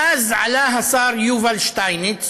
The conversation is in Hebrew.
ואז עלה השר יובל שטייניץ,